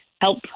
help